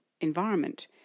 environment